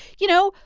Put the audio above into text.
you know,